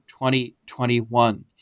2021